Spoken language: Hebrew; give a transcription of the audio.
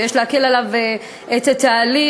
ויש להקל עליו את התהליך,